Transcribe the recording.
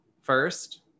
First